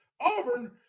Auburn